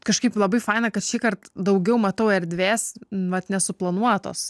kažkaip labai faina kad šįkart daugiau matau erdvės vat nesuplanuotos